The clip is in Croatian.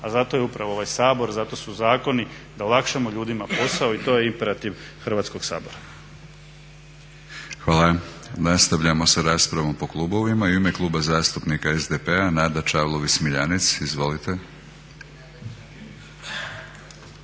Pa zato je upravo ovaj Sabor, zato su zakoni da olakšamo ljudima posao i to je imperativ Hrvatskog sabora. **Batinić, Milorad (HNS)** Hvala. Nastavljamo sa raspravom po klubovima. I u ime Kluba zastupnika SDP-a Nada Čavlović Smiljanec. Izvolite.